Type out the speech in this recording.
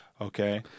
okay